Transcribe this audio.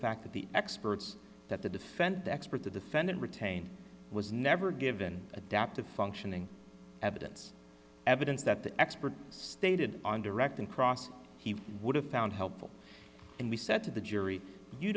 fact that the experts that the defendant the expert the defendant retained was never given adaptive functioning evidence evidence that the expert stated on direct and cross he would have found helpful and we said to the jury you